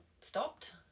stopped